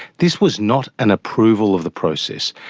this was not an approval of the process.